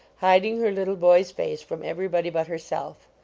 hiding her little boy s face from everybody but herself.